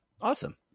Awesome